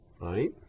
right